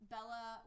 Bella